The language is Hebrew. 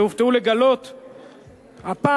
והופתעו לגלות הפעם,